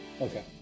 Okay